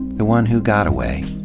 the one who got away.